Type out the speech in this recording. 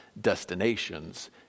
destinations